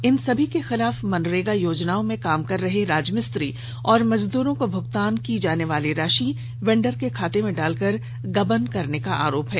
इन सभी के खिलाफ मनरेगा योजनाओं में कार्य कर रहे राजमिस्त्री और मजदूरों को भुगतान की जानेवाली राशि को वेंडर के खाते में डालकर गबन करने का आरोप है